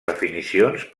definicions